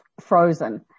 frozen